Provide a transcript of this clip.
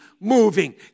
moving